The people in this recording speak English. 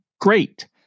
great